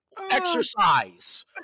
exercise